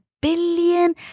billion